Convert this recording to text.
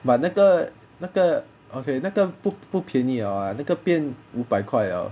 but 那个那个 okay 那个不不便宜了 ah 那个变五百块了